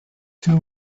two